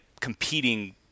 competing